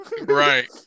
Right